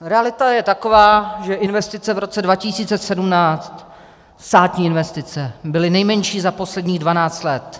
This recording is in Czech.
Realita je taková, že investice v roce 2017, státní investice, byly nejmenší za posledních dvanáct let.